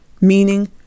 meaning